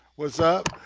what's up?